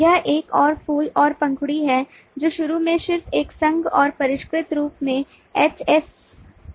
यह एक और फूल और पंखुड़ी है जो शुरू में सिर्फ एक संघ और परिष्कृत रूप में HAS A है